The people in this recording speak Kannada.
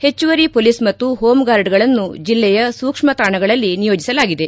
ಹೆಚ್ಚುವರಿ ಪೊಲೀಸ್ ಮತ್ತು ಹೋಂಗಾರ್ಡ್ಗಳನ್ನು ಜಿಲ್ಲೆಯ ಸೂಕ್ಷ್ಮ್ನ ತಾಣಗಳಲ್ಲಿ ನಿಯೋಜಿಸಲಾಗಿದೆ